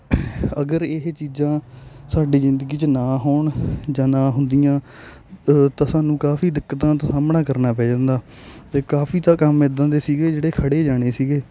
ਅਗਰ ਇਹ ਚੀਜਾਂ ਸਾਡੀ ਜ਼ਿੰਦਗੀ 'ਚ ਨਾ ਹੋਣ ਜਾਂ ਨਾ ਹੁੰਦੀਆਂ ਤਾਂ ਸਾਨੂੰ ਕਾਫ਼ੀ ਦਿੱਕਤਾਂ ਦਾ ਸਾਹਮਣਾ ਕਰਨਾ ਪੈ ਜਾਂਦਾ ਅਤੇ ਕਾਫ਼ੀ ਤਾਂ ਕੰਮ ਇੱਦਾਂ ਦੇ ਸੀਗੇ ਜਿਹੜੇ ਖੜ੍ਹੇ ਜਾਣੇ ਸੀਗੇ